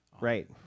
right